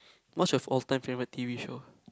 what's your all time favourite t_v show